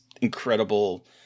incredible